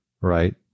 right